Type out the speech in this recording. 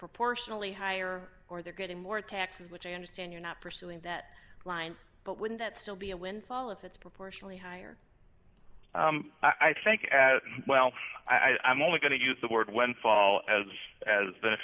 proportionally higher or they're getting more taxes which i understand you're not pursuing that line but wouldn't that still be a windfall if it's proportionally higher i think as well i'm only going to use the word when fall as as